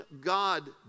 God